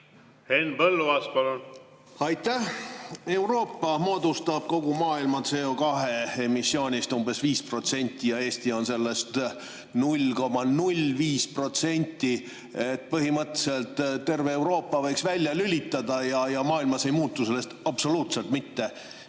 Henn Põlluaas, palun! Aitäh! Euroopa moodustab kogu maailma CO2‑emissioonist umbes 5% ja Eesti on sellest 0,05%. Põhimõtteliselt terve Euroopa võiks välja lülitada ja maailmas ei muutuks sellest absoluutselt mitte